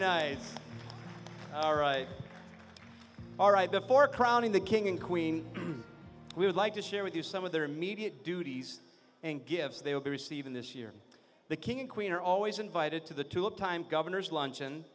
night all right before crowning the king and queen we would like to share with you some of their immediate duties and gives they will be receiving this year the king and queen are always invited to the two of time governors luncheon